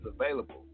available